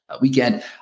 weekend